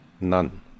none